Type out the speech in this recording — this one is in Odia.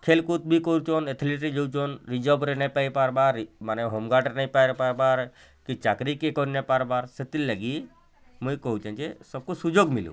ଖେଲ୍କୁଦ୍ ବି କରୁଛନ୍ ଏଥ୍ଲେଟ୍ରେ ଯାଉଛନ୍ ରିଜର୍ଭ୍ରେ ନାଇଁ ପାଇ ପାର୍ବାର୍ ମାନେ ହୋମ୍ ଗାର୍ଡ଼୍ ନାଇଁ ପାଇପାର୍ବାର୍ କି ଚାକିରି କିଏ କରି ନାଇଁ ପାର୍ବାର୍ ସେଥିର୍ ଲାଗି ମୁଇଁ କହୁଛେଁ ଯେ ସମ୍କୁ ସୁଯୋଗ୍ ମିଲୁ